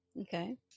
Okay